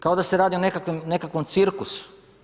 Kao da se radi o nekakvom cirkusu.